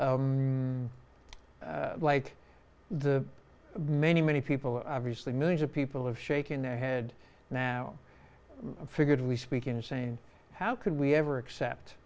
like the many many people obviously millions of people have shaking their head now figured we speak insane how could we ever accept